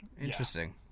Interesting